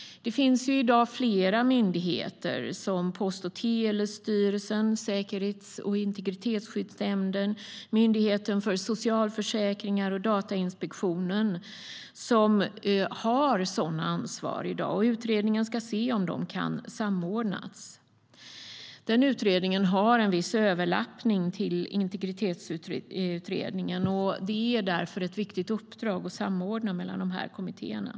Det finns i dag flera myndigheter, som Post och telestyrelsen, Säkerhets och integritetsskyddsnämnden, myndigheten för socialförsäkringar och Datainspektionen, som har sådant ansvar i dag. Utredningen ska se om de kan samordnas. Den utredningen har en viss överlappning i förhållande till integritetsutredningen. Det är därför ett viktigt uppdrag att samordna de här kommittéerna.